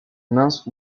minces